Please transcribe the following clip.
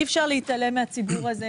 אי-אפשר להתעלם מהציבור הזה.